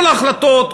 כל ההחלטות,